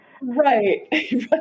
Right